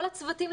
כל הצוותים,